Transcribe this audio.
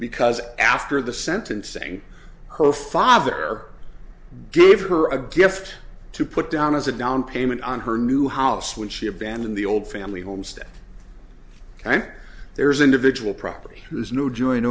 because after the sentencing her father gave her a gift to put down as a downpayment on her new house when she abandoned the old family homestead and there's individual property there's no join